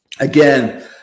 Again